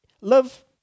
Love